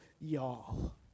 y'all